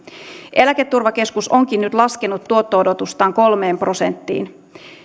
eläketurvakeskus onkin nyt laskenut tuotto odotustaan kolmeen prosenttiin